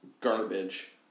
Garbage